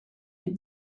les